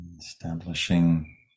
establishing